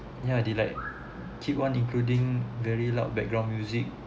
ya they like keep on including very loud background music